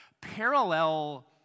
parallel